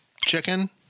chicken